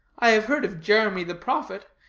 i have heard of jeremy the prophet,